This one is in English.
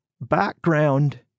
background